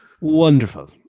wonderful